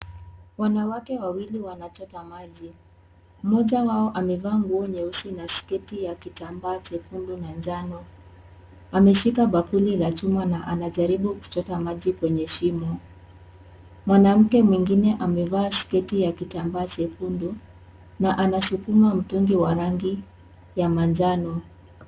Wanawake wawili wanachota maji. Mmoja wao amevaa nguo nyeusi na sketi ya kitambaa chekundu na njano. Ameshika bakuli la chuma na anajaribu kuchota maji kwenye shimo. Mwanamke mwingine amevaa sketi ya kitambaa chekundu na anasukuma mtungi wa rangi ya manjano.